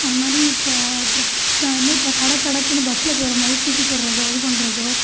அதுமாதிரி இப்போ கடக் கடக்குன்னு பஸ்ஸில் போகிறமாரி தூக்கி போட்றதோ இது பண்ணுறதோ